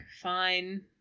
fine